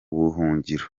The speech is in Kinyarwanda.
buhungiro